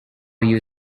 you